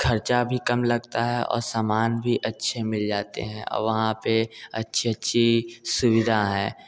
ख़र्च भी कम लगता है और समान भी अच्छे मिल जाते हैं और वहाँ पर अच्छी अच्छी सुविधा है